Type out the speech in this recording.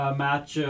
match